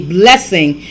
blessing